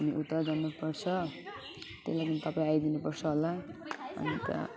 अनि उता जानुपर्छ त्यो लागि तपाईँ आइदिनुपर्छ होला अनि त